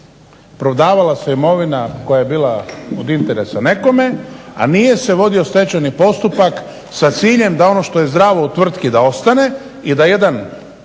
Prodavala se imovina koja je bila od interesa nekome, a nije se vodio stečajni postupak sa ciljem da ono što je zdravo u tvrtki da ostane i da jedan